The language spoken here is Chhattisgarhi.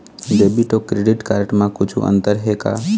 डेबिट अऊ क्रेडिट कारड म कुछू अंतर हे का?